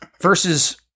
Versus